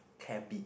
cabin